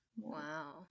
Wow